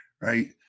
right